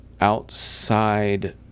outside